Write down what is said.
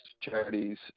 charities